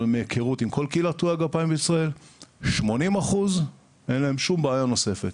אבל מהיכרות עם כל קהילת קטועי הגפיים בישראל ל-80% אין שום בעיה נוספת,